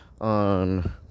on